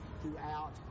throughout